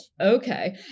okay